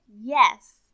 Yes